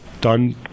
done